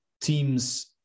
teams